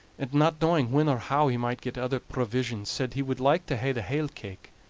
and not knowing when or how he might get other provisions, said he would like to hae the hale cake,